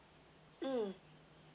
mm